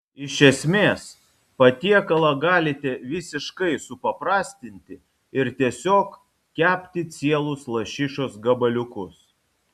iš esmės patiekalą galite visiškai supaprastinti ir tiesiog kepti cielus lašišos gabaliukus